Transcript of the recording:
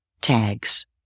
tags